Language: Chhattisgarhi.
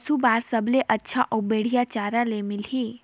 पशु बार सबले अच्छा अउ बढ़िया चारा ले मिलही?